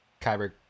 Kyber